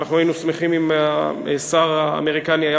ואנחנו היינו שמחים אם השר האמריקני היה